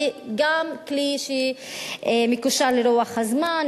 וגם כלי שמקושר לרוח הזמן,